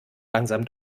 langsam